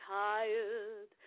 tired